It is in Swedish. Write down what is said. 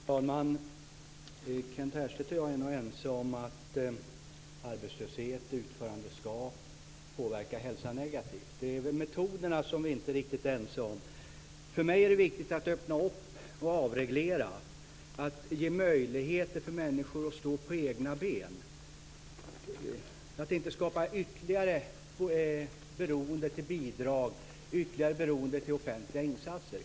Fru talman! Kent Härstedt och jag är nog ense om att arbetslöshet och utanförskap påverkar hälsan negativt. Det är väl metoderna som vi inte är riktigt ense om. För mig är det viktigt att öppna och avreglera, att ge möjlighet för människor att stå på egna ben och att inte skapa ytterligare beroende av bidrag och av offentliga insatser.